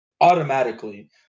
automatically